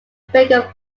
bigger